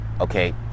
okay